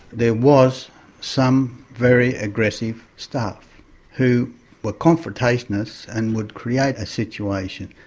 there was some very aggressive staff who were confrontationists and would create a situation.